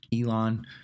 Elon